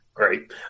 Great